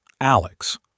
Alex